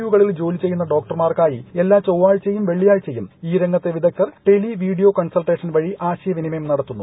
U കളിൽ ജോലിചെയ്യുന്ന ഡോക്ടർമാർക്കായി എല്ലാ ചൊവ്വാഴ്ചയും വെള്ളിയാഴ്ചയും ദിവസങ്ങളിലും ഈ രംഗത്തെ വിദഗ്ധർ ടെലി വീഡിയോ കൺസൾട്ടേഷൻ വഴി ആശയവിനിമയം നടത്തുന്നു